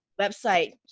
website